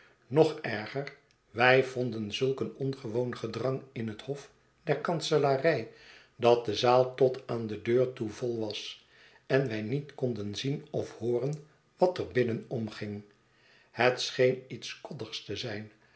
nog erger wij vonden zulk een ongewoon gedrang in het hof der kanselarij dat de zaal tot aan de deur toe vol was en wij niet konden zien of hooren wat er binnen omging het scheen iets koddigs te zijn